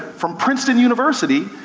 from princeton university,